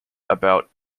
about